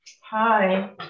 Hi